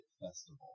festival